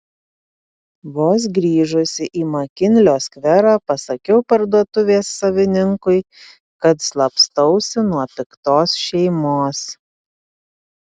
vos grįžusi į makinlio skverą pasakiau parduotuvės savininkui kad slapstausi nuo piktos šeimos